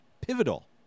Pivotal